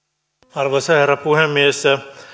arvoisa herra puhemies